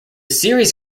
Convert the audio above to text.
series